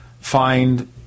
find